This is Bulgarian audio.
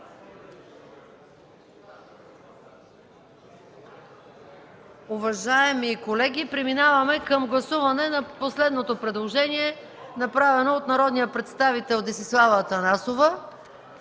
Уважаеми колеги, преминаваме към гласуване на последното предложение, направено от народния представител Десислава Атанасова,